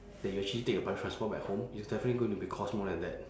than you actually take a public transport back home it's definitely going to be cost more than that